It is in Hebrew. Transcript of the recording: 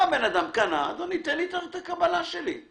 אם אדם קנה, הוא צריך לקבל את הקבלה שלו.